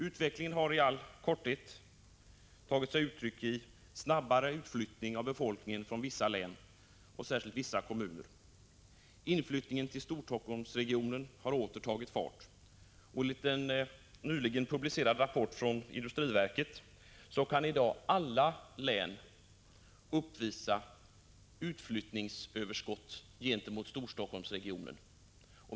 Utvecklingen har i all korthet tagit sig uttryck i snabbare utflyttning av befolkningen från vissa län och särskilt från vissa kommuner. Inflyttningen till Storstockholmsregionen har åter tagit fart. Enligt en nyligen publicerad rapport från industriverket kan i dag alla län uppvisa utflyttningsöverskott gentemot Storstockholmsregionen.